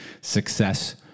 success